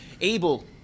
able